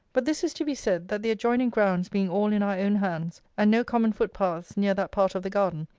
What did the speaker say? but this is to be said, that the adjoining grounds being all in our own hands, and no common foot-paths near that part of the garden,